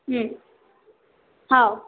हो